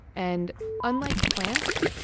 and unlike plants,